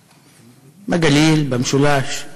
בגליל, במשולש.